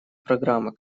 программы